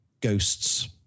ghosts